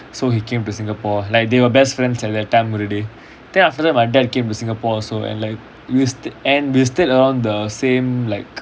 so he came to singapore like they were best friends at that time already then after that my dad came to singapore also and like we st~ and we stayed around the same like